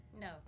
No